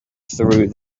through